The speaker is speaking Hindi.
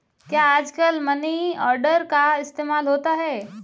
क्या आजकल मनी ऑर्डर का इस्तेमाल होता है?